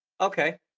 Okay